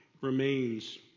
remains